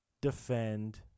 defend